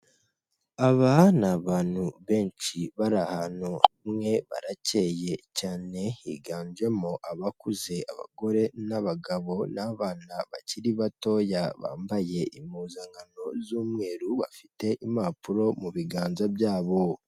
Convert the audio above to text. Aba ni abantu benshi bari ahantu hamwe baracyeye cyane higanjemo abakuze, abagore n'abagabo n'bana bakiri batoya bambaye impuzankano z'umweru bafite impapuro mu biganza byabo.